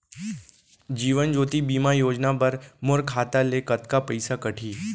जीवन ज्योति बीमा योजना बर मोर खाता ले कतका पइसा कटही?